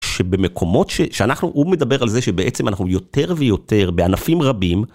שבמקומות ש.. שאנחנו, הוא מדבר על זה שבעצם אנחנו יותר ויותר, בענפים רבים.